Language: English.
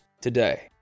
today